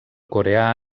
coreà